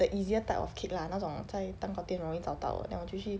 the easier type of cake lah 那种在蛋糕店容易找到的 then 我就去